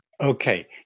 Okay